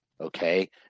okay